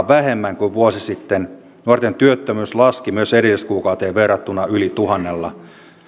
vähemmän kuin vuosi sitten nuorten työttömyys laski myös edelliskuukauteen verrattuna yli tuhannella